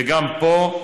וגם פה,